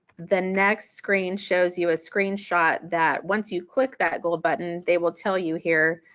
the next screen shows you a screen shot that once you click that little button, they will tell you here,